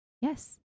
Yes